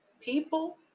people